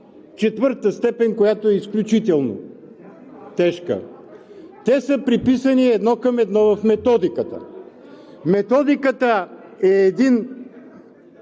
четвърта степен – изключително тежка. Те са преписани едно към едно в Методиката. Методиката е един